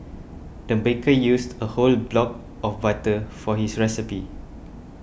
the baker used a whole block of butter for his recipe